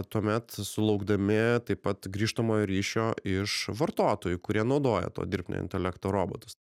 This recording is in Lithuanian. tuomet sulaukdami taip pat grįžtamojo ryšio iš vartotojų kurie naudoja to dirbtinio intelekto robotus